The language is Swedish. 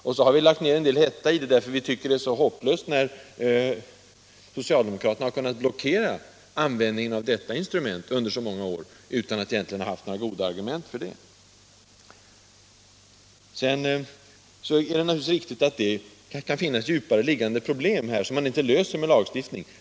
Vi har framträtt med en viss hetta i det sammanhanget, eftersom vi tycker att det är så hopplöst att socialdemokraterna har kunnat blockera användningen av detta instrument under så många år, utan att egentligen ha några goda argument för det. Sedan är det naturligtvis riktigt att det kan finnas djupare liggande problem, som man inte löser med lagstiftning.